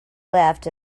left